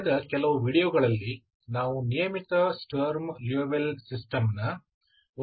ಕಳೆದ ಕೆಲವು ವೀಡಿಯೊಗಳಲ್ಲಿ ನಾವು ನಿಯಮಿತ ಸ್ಟರ್ಮ್ ಲಿಯೋವಿಲ್ಲೆ ಸಿಸ್ಟಮ್ ನ ಒಂದು ಉದಾಹರಣೆಯನ್ನು ನೋಡಿದ್ದೇವೆ